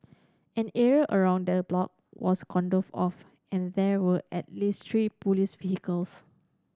an area around the block was cordoned off and there were at least three police vehicles